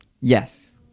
Yes